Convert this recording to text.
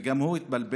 וגם הוא התבלבל,